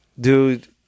dude